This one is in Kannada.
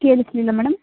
ಕೇಳಿಸಲಿಲ್ಲ ಮೇಡಮ್